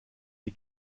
sie